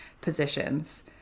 positions